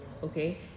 Okay